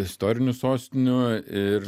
istorinių sostinių ir